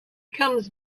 comes